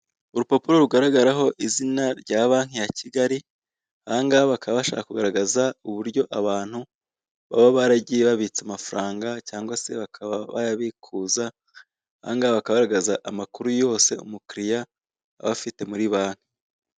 Urupapuro ruriho ikirango cya Banki ya Kigali. Uru rupapuro ruragaragaza uburyo umukiriya yakoresheje konti ye mu gihe runaka. Hariho uko yasohoraga amafaranga ndetse n'uko yayinjizaga.